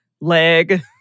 leg